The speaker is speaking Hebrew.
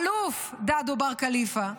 האלוף דדו בר כליפא,